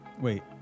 Wait